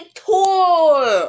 tour